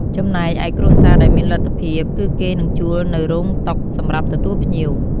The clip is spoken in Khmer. ចំណែកឯគ្រួសារដែលមានលទ្ធភាព គឺគេនឹងជួលនូវរោង តុ សម្រាប់ទទួលភ្ញៀវ។